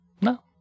No